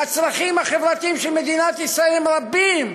הצרכים החברתיים במדינת ישראל הם רבים,